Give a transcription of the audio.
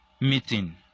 meeting